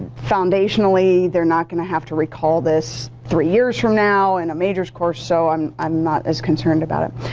foundationally they're not going to have to recall this three years from now in a majors course so i'm i'm not as concerned about it.